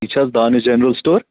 یہِ چھِ حظ دانِش جَنرل سِٹور